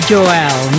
Joel